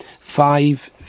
five